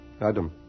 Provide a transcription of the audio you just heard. Adam